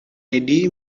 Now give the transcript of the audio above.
eddie